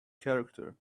character